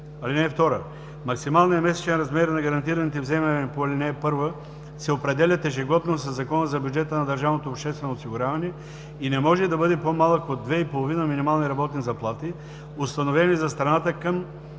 чл. 6. (2) Максималният месечен размер на гарантираните вземания по ал. 1 се определя ежегодно със Закона за бюджета на държавното обществено осигуряване и не може да бъде по-малък от две и половина минимални работни заплати, установени за страната към